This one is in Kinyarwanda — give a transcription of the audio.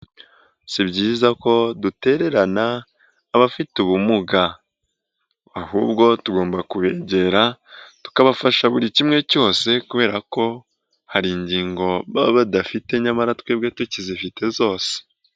Si byiza ko dutererana abafite ubumuga, ahubwo tugomba kubegera tukabafasha buri kimwe cyose kubera ko hari ingingo baba badafite nyamara twebwe tukizifite zose.